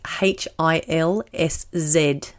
H-I-L-S-Z